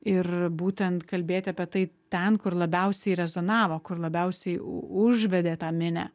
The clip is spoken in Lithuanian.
ir būtent kalbėti apie tai ten kur labiausiai rezonavo kur labiausiai užvedė tą minią